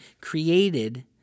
created